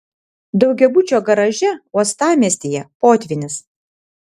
daugiabučio garaže uostamiestyje potvynis